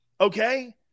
Okay